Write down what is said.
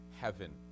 heaven